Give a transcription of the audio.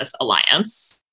alliance